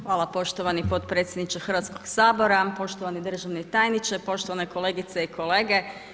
Hvala poštovani potpredsjedniče Hrvatskog sabora, poštovani državni tajniče, poštovane kolegice i kolege.